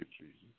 Jesus